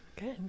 Good